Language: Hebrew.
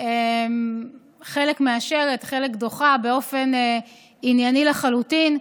וחלק מאשרת וחלק דוחה באופן ענייני לחלוטין,